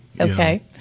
okay